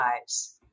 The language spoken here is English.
lives